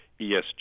esg